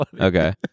okay